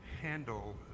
handle